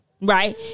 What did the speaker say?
Right